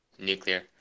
Nuclear